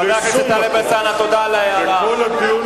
חבר הכנסת טלב אלסאנע, תודה על ההערה.